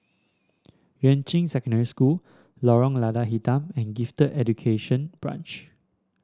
Yuan Ching Secondary School Lorong Lada Hitam and Gifted Education Branch